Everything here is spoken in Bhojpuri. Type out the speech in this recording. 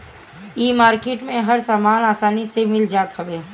इ मार्किट में हर सामान आसानी से मिल जात हवे